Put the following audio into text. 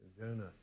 Jonah